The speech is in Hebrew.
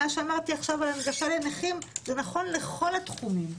מה שאמרתי עכשיו על הנגשה לנכים זה נכון לכל התחומים,